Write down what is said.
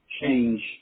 change